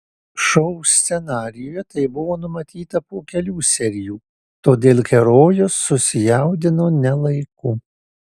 šou scenarijuje tai buvo numatyta po kelių serijų todėl herojus susijaudino ne laiku